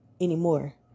anymore